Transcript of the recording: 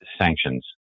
sanctions